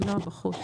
אני גרה רחוק.